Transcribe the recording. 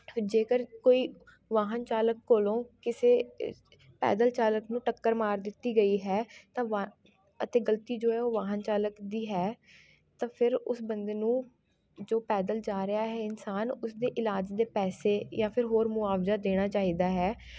ਜੇਕਰ ਕੋਈ ਵਾਹਨ ਚਾਲਕ ਕੋਲੋਂ ਕਿਸੇ ਪੈਦਲ ਚਾਲਕ ਨੂੰ ਟੱਕਰ ਮਾਰ ਦਿੱਤੀ ਗਈ ਹੈ ਤਾਂ ਵਾ ਅਤੇ ਗਲਤੀ ਜੋ ਹੈ ਵਾਹਨ ਚਾਲਕ ਦੀ ਹੈ ਤਾਂ ਫਿਰ ਉਸ ਬੰਦੇ ਨੂੰ ਜੋ ਪੈਦਲ ਜਾ ਰਿਹਾ ਹੈ ਇਨਸਾਨ ਉਸਦੇ ਇਲਾਜ ਦੇ ਪੈਸੇ ਯਾ ਫਿਰ ਹੋਰ ਮੁਆਵਜ਼ਾ ਦੇਣਾ ਚਾਹੀਦਾ ਹੈ